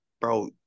Bro